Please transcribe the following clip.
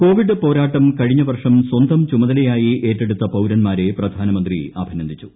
Covid പോരാട്ടം കഴിഞ്ഞ വർഷം സ്വന്തം ചുമതലയായി ഏറ്റെടുത്ത പൌരന്മാരെ പ്രധാനമന്ത്രി അഭിനന്ദിച്ചു